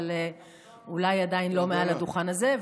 אבל אולי עדיין לא מעל הדוכן הזה,